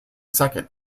second